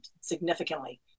significantly